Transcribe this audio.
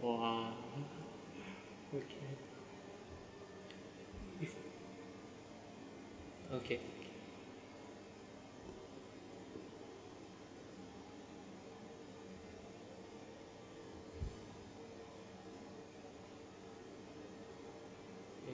!wah! okay okay eh